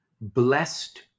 blessed